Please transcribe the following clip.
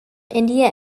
india